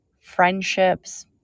friendships